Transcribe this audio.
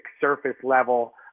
surface-level